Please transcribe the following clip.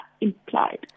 implied